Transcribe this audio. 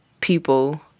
people